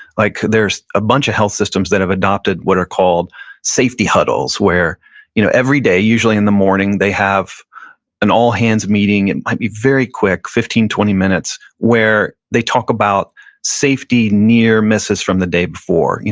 like there's a bunch of health systems that have adopted what are called safety huddles where you know every day, usually in the morning, they have an all-hands meeting. it and might be very quick, fifteen, twenty minutes where they talk about safety near misses from the day before,